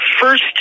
first